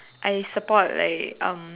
I support like um